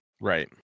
right